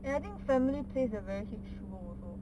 and I think family plays a very big role also